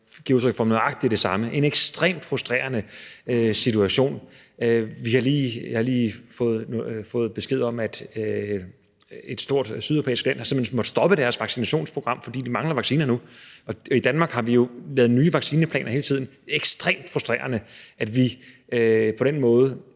giver de udtryk for nøjagtig det samme. Det er en ekstremt frustrerende situation. Jeg har lige fået besked om, at et stort sydeuropæisk land simpelt hen har måttet stoppe deres vaccinationsprogram, fordi de mangler vacciner nu, og i Danmark må vi jo hele tiden lave nye vaccineplaner. Det er ekstremt frustrerende, at vi på den måde